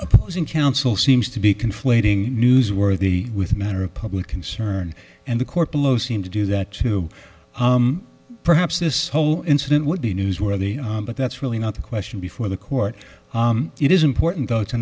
opposing counsel seems to be conflating newsworthy with a matter of public concern and the court below seem to do that to perhaps this whole incident would be newsworthy but that's really not the question before the court it is important though to